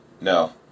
No